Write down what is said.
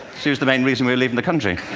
she was the main reason we were leaving the country.